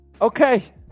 Okay